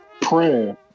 prayer